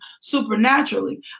supernaturally